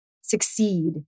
succeed